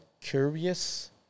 curious